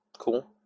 Cool